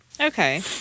okay